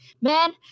man